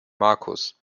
markus